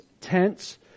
tents